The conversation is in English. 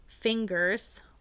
fingers